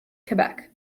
quebec